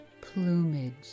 Plumage